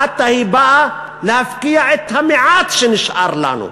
ועתה היא באה להפקיע את המעט שנשאר לנו.